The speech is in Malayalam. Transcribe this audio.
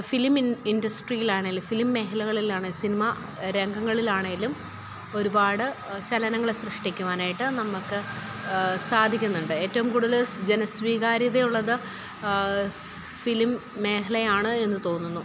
ഫിലിം ഇൻഡസ്ട്രിയിൽ ആണെങ്കിൽ ഫിലിം മേഘലകളിലാണെങ്കിൽ സിനിമ രംഗങ്ങളിലാണെങ്കിലും ഒരുപാട് ചലനങ്ങൾ സൃഷ്ടിക്കുവാനായിട്ട് നമുക്ക് സാധിക്കുന്നുണ്ട് ഏറ്റവും കൂടുതൽ ജനസ്വീകാര്യത ഉള്ളത് ഫിലിം മേഖലയാണ് എന്ന് തോന്നുന്നു